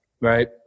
right